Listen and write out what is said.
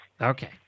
Okay